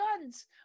guns